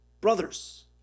brothers